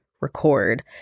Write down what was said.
record